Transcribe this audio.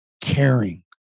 caring